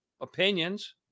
opinions